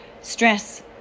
stress